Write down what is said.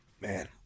Man